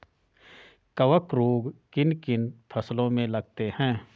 कवक रोग किन किन फसलों में लगते हैं?